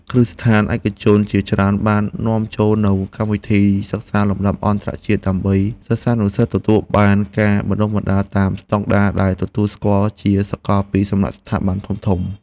គ្រឹះស្ថានសិក្សាឯកជនជាច្រើនបាននាំចូលនូវកម្មវិធីសិក្សាលំដាប់អន្តរជាតិដើម្បី សិស្សានុសិស្សទទួលបានការបណ្តុះបណ្តាលតាមស្តង់ដារដែលទទួលស្គាល់ជាសកលពីសំណាក់ស្ថាប័នធំៗ។